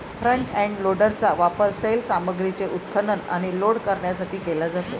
front end लोडरचा वापर सैल सामग्रीचे उत्खनन आणि लोड करण्यासाठी केला जातो